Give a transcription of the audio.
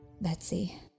Betsy